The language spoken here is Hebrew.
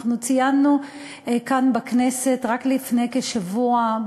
אנחנו ציינו כאן בכנסת רק לפני כשבוע,